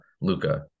Luca